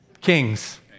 Kings